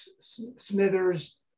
Smithers